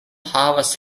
havas